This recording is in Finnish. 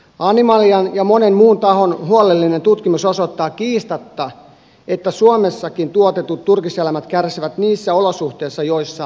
animalian ja monen muun tahon huolellinen tutkimus osoittaa kiistatta että suomessakin tuotetut turkiseläimet kärsivät niissä olosuhteissa joissa ne elävät